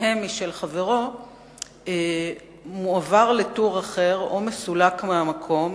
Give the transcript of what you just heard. כהה משל חברו מועבר לטור אחר או מסולק מהמקום